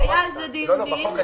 היו דיונים,